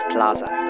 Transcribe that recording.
Plaza